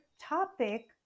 topic